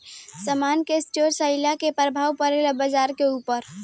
समान के स्टोर काइला से का प्रभाव परे ला बाजार के ऊपर?